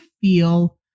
feel